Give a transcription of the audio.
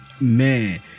man